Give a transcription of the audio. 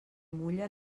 mulla